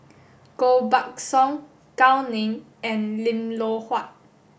Koh Buck Song Gao Ning and Lim Loh Huat